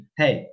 hey